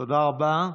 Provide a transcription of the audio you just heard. תודה רבה.